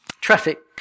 traffic